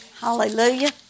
Hallelujah